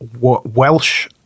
Welsh